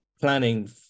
planning